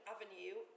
Avenue